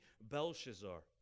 Belshazzar